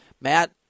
Matt